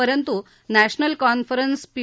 परंतु National Conference P